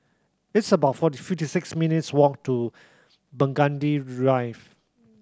it's about forty fifty six minutes' walk to Burgundy Drive